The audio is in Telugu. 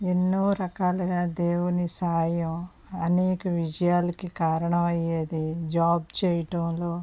ఎన్నో రకాలుగా దేవుని సహాయం అనేక విషయాలకి కారణమయ్యేది జాబ్ చేయడంలో